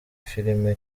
film